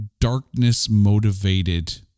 darkness-motivated